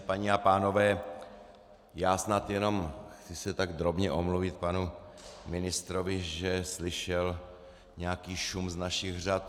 Paní a pánové, já snad jenom chci se tak drobně omluvit panu ministrovi, že slyšel nějaký šum z našich řad.